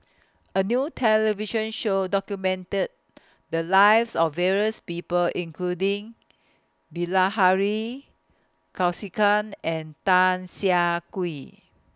A New television Show documented The Lives of various People including Bilahari Kausikan and Tan Siah Kwee